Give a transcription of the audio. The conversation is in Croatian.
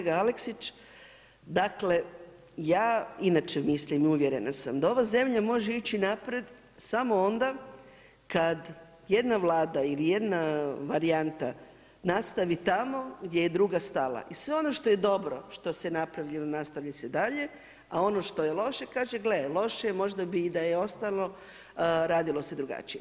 Kolega Aleksić, dakle ja inače mislim i uvjerena sam da ove zemlja može ići naprijed samo onda kad jedna Vlada ili jedna varijanta nastavi tamo gdje je druga stala i sve ono što je dobro, što se napravilo nastavlja se dalje, a ono što je loše, kaže gle, loše je možda bi i da je ostalo radilo se drugačije.